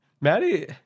Maddie